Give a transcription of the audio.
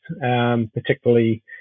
particularly